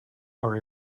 are